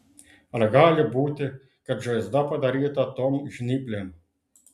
ar gali būti kad žaizda padaryta tom žnyplėm